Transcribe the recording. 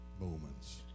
moments